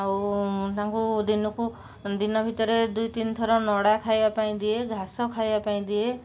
ଆଉ ତାଙ୍କୁ ଦିନକୁ ଦିନ ଭିତରେ ଦୁଇ ତିନିଥର ନଡ଼ା ଖାଇବା ପାଇଁ ଦିଏ ଘାସ ଖାଇବା ପାଇଁ ଦିଏ